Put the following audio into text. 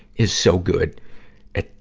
is so good at,